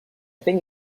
think